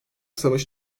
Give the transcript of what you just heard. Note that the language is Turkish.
savaşı